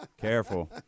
careful